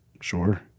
Sure